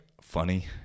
funny